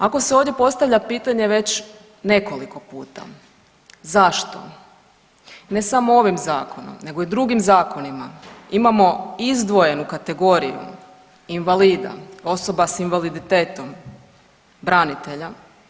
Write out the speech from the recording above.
Ako se ovdje postavlja pitanje već nekoliko puta zašto ne samo ovim zakonom, nego i drugim zakonima imamo izdvojenu kategoriju invalida, osoba sa invaliditetom, branitelja.